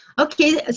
Okay